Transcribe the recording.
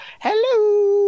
Hello